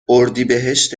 اردیبهشت